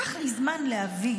לקח לי זמן להבין